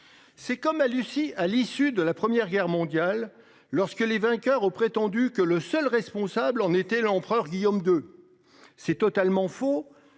C'est comme à Lucie à l'issue de la première guerre mondiale, lorsque les vainqueurs au prétendu que le seul responsable. On était l'empereur Guillaume II. C'est totalement faux